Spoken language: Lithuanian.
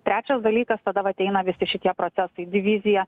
trečias dalykas tada vat eina visi šitie procesai divizija